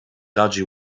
dodgy